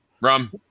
Rum